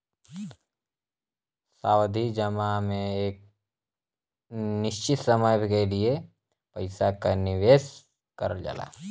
सावधि जमा में एक निश्चित समय के लिए पइसा क निवेश करल जाला